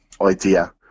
idea